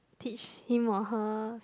teach him or her